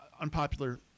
unpopular